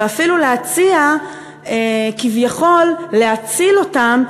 ואפילו להציע כביכול להציל אותם,